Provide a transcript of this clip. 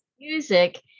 music